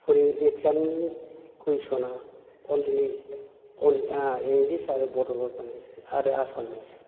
एग्जामनि कुइसना अनलि इंलिस आरो बड'ल' जानायसै आरो एसामिस